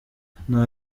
nta